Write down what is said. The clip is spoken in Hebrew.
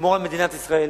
נשמור על מדינת ישראל,